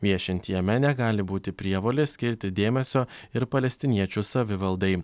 viešint jame negali būti prievolės skirti dėmesio ir palestiniečių savivaldai